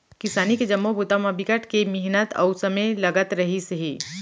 किसानी के जम्मो बूता म बिकट के मिहनत अउ समे लगत रहिस हे